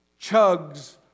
chugs